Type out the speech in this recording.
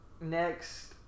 next